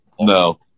No